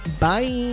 Bye